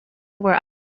where